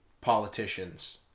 politicians